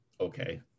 Okay